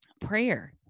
prayer